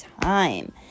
time